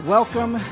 Welcome